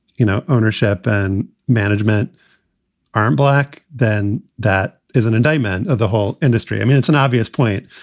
you know, ownership and management aren't black then that is an indictment of the whole industry. i mean, it's an obvious point.